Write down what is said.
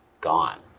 gone